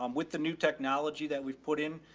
um with the new technology that we've put in,